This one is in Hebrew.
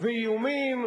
ואיומים,